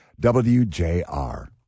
WJR